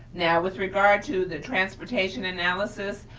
now with regard to the transportation analysis,